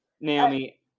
Naomi